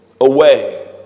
away